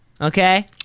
Okay